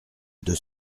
deux